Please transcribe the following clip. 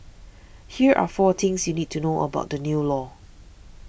here are four things you need to know about the new law